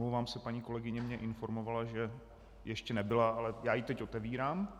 Omlouvám se, paní kolegyně mě informovala, že ještě nebyla, ale já ji teď otevírám.